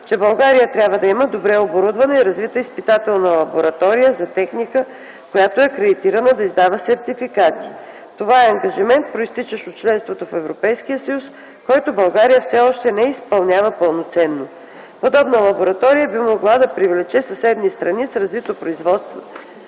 че България трябва да има добре оборудвана и развита изпитателна лаборатория за техника, която е акредитирана да издава сертификати. Това е ангажимент, произтичащ от членството в Европейския съюз, който България все още не изпълнява пълноценно. Подобна лаборатория би могла да привлече съседни страни с развито производство